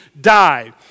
died